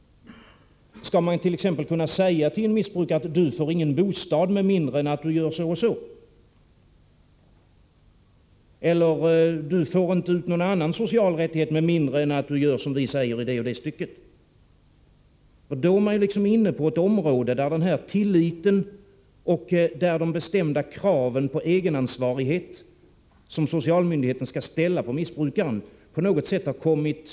Skall man t.ex. kunna säga följande till en missbrukare? Du får ingen bostad med mindre än att du gör så och så. Du har inte den och den sociala rättigheten med mindre än att du gör som vi säger på en viss punkt. Om det är på det sättet man skall möta missbrukaren, har tilliten och de bestämda krav på självansvarigheten som socialmyndigheten skall ställa på medborgaren på något sätt åsidosatts.